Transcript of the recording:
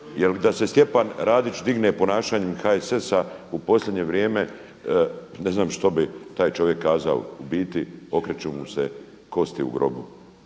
Jer da se Stjepan Radić digne ponašanjem HSS-a u posljednje vrijeme, ne znam što bi taj čovjek kazao. U biti okreću mu se kosti u grobu.